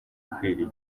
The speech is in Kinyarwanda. ukwiriye